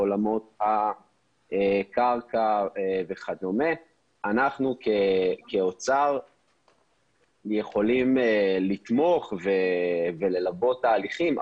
בעולמות הקרקע וכדומה אנחנו כאוצר יכולים לתמוך וללוות תהליכים.